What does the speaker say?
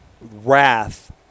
wrath